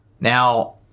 Now